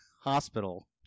hospital